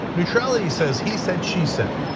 neutrality says he said, she said.